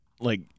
like-